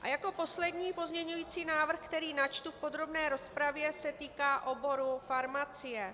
A poslední pozměňovací návrh, který načtu v podrobné rozpravě, se týká oboru farmacie.